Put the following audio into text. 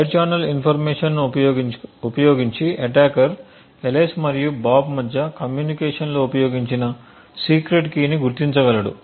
side channel ఇన్ఫర్మేషన్ను ఉపయోగించి attacker Alice మరియు బాబ్ మధ్య కమ్యూనికేషన్లో ఉపయోగించిన సీక్రెట్ కీని గుర్తించగలడు